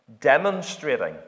demonstrating